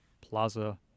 Plaza